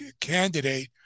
candidate